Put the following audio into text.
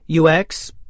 UX